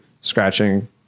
scratching